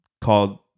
called